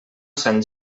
sant